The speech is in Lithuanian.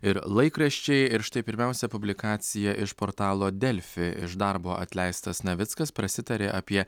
ir laikraščiai ir štai pirmiausia publikacija iš portalo delfi iš darbo atleistas navickas prasitarė apie